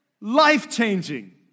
life-changing